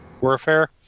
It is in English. Warfare